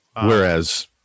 Whereas